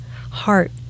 heart